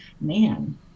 man